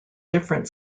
different